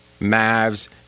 Mavs